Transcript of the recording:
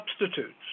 substitutes